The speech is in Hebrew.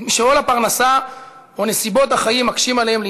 את מי שעול הפרנסה או נסיבות החיים מקשים עליהם להתקיים.